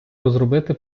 розробити